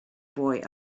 boy